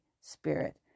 spirit